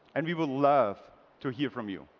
and we will love to hear from you.